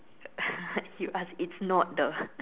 you asked it's not the